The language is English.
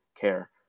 care